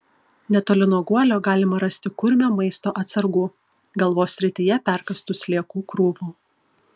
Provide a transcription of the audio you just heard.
netoli nuo guolio galima rasti kurmio maisto atsargų galvos srityje perkąstų sliekų krūvų